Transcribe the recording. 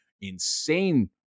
insane